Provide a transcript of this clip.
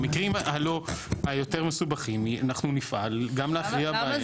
המקרים היותר מסובכים אנחנו נפעל גם להכריע בהם.